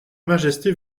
majesté